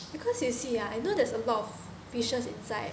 because you see ah I know there's a lot of fishes inside